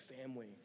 family